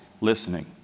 listening